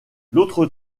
l’autre